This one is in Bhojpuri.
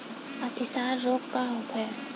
अतिसार रोग का होखे?